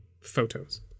photos